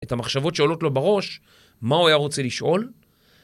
את המחשבות שעולות לו בראש, מה הוא היה רוצה לשאול.